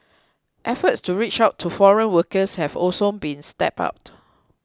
efforts to reach out to foreign workers have also been stepped up